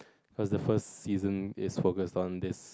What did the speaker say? what's the first season is focused on this